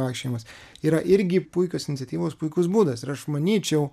vaikščiojimas yra irgi puikios iniciatyvos puikus būdas ir aš manyčiau